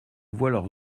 voient